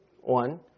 one